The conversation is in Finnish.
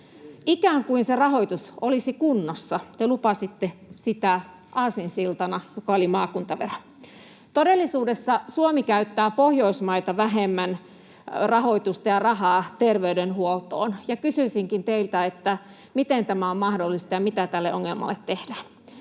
Ikään kuin se rahoitus olisi kunnossa, te lupasitte aasinsiltana maakuntaveron. Todellisuudessa Suomi käyttää muita Pohjoismaita vähemmän rahoitusta ja rahaa terveydenhuoltoon. Kysyisinkin teiltä: miten tämä on mahdollista, ja mitä tälle ongelmalle tehdään?